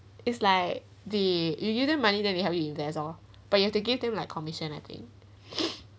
is like the you you earn that money then you haven't invest oh but you have to give them like commission I think